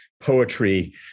poetry